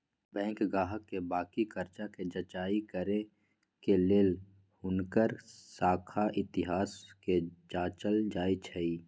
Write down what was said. bank गाहक के बाकि कर्जा कें जचाई करे के लेल हुनकर साख इतिहास के जाचल जाइ छइ